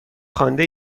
خوانده